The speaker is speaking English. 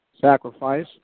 sacrifice